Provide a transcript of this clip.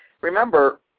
Remember